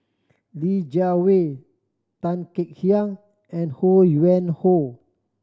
Li Jiawei Tan Kek Hiang and Ho Yuen Hoe